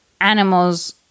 animals